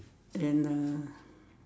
and uh